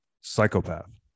Psychopath